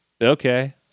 okay